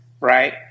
right